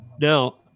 Now